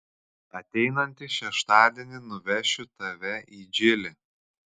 ateinantį šeštadienį nuvešiu tave į džilį